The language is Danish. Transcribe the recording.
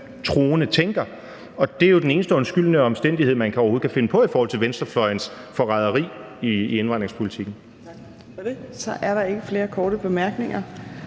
troende tænker. Det er jo den eneste undskyldende omstændighed, man overhovedet kan finde på i forhold til venstrefløjens forræderi i indvandringspolitikken. Kl. 14:50 Fjerde næstformand